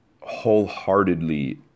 wholeheartedly